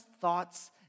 thoughts